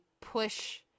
push